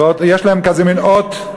ועוד יש להם כזה מין אות,